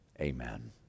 amen